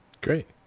Great